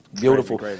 Beautiful